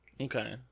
Okay